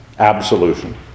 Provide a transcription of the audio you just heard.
absolution